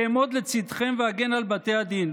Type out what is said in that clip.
אעמוד לצידכם ואגן על בתי הדין.